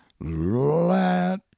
let